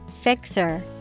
Fixer